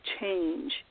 change